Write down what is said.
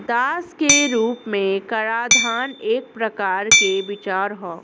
दास के रूप में कराधान एक प्रकार के विचार ह